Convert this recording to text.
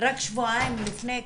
רק שבועיים לפני,